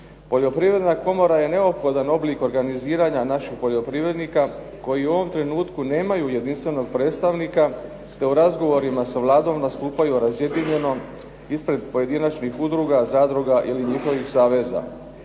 Poljoprivredna komora ne neophodan oblik organiziranja naših poljoprivrednika koji u ovom trenutku nemaju jedinstvenog predstavnika, te u razgovorima s Vladom nastupaju razjedinjeno ispred pojedinačnih udruga, zadruga ili njihovih saveza.